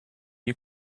you